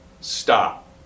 stop